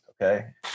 okay